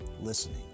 listening